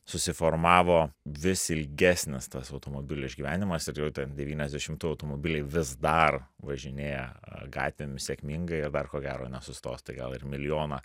susiformavo vis ilgesnis tas automobilio išgyvenimas ir jau ten devyniasdešimtųjų automobiliai vis dar važinėja gatvėmis sėkmingai ir dar ko gero nesustos tai gal ir milijoną